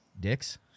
dicks